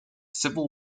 civil